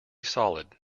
solid